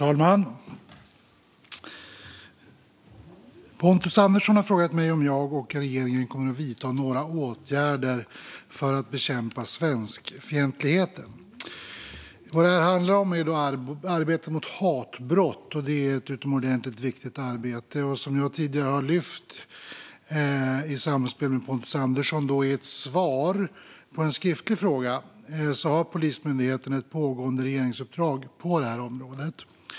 Herr talman! har frågat mig om jag och regeringen kommer att vidta några åtgärder för att bekämpa svenskfientligheten. Detta handlar om arbetet mot hatbrott som är ett utomordentligt viktigt arbete. Som jag tidigare har lyft fram för Pontus Andersson i ett svar på en skriftlig fråga har Polismyndigheten ett pågående regeringsuppdrag på detta område.